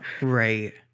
Right